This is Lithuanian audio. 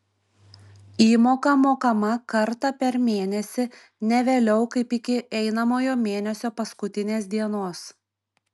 įmoka mokama kartą per mėnesį ne vėliau kaip iki einamojo mėnesio paskutinės dienos